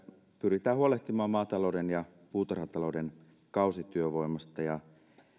pyritään huolehtimaan maatalouden ja puutarhatalouden kausityövoimasta ja tässä